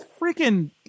freaking